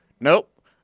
nope